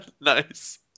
nice